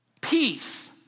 Peace